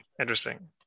Interesting